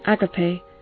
agape